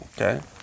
okay